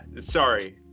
sorry